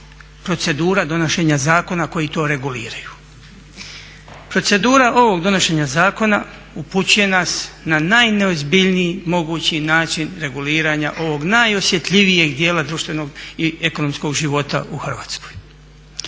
procedura donošenja zakona koji to reguliraju. Procedura ovog donošenja zakona upućuje nas na najneozbiljniji mogući način reguliranja ovog najosjetljivijeg dijela društvenog i ekonomskog života u Hrvatskoj.